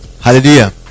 hallelujah